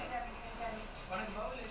you can [what]